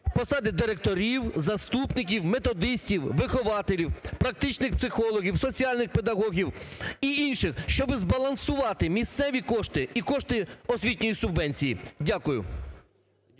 посади директорів, заступників, методистів, вихователів, практичних психологів, соціальних педагогів і інших, щоби збалансувати місцеві кошти і кошти освітньої субвенції. Дякую.